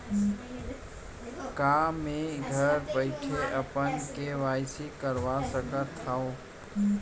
का मैं घर बइठे अपन के.वाई.सी करवा सकत हव?